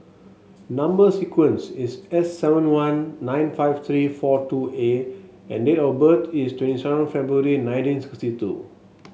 number sequence is S seven one nine five three four two A and date of birth is twenty seven February nineteen sixty two